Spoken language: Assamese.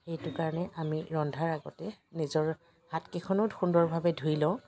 সেইটো কাৰণে আমি ৰন্ধাৰ আগতে নিজৰ হাতকেইখনো সুন্দৰভাৱে ধুই লওঁ